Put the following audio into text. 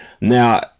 Now